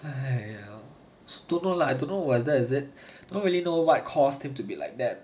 !aiya! don't know lah I don't know whether is it I don't really know what caused him to be like that